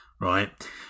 right